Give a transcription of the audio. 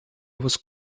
was